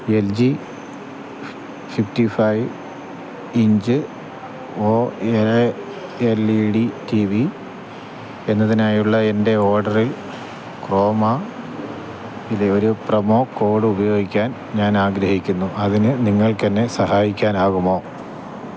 L G fifty five inch O A L E D T V എന്നതിനായുള്ള എൻ്റെ ഓർഡറിൽ ക്രോമയിലെ ഒരു പ്രൊമോ കോഡ് ഉപയോഗിക്കാൻ ഞാൻ ആഗ്രഹിക്കുന്നു അതിന് നിങ്ങൾക്ക് എന്നെ സഹായിക്കാനാകുമോ